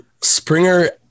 Springer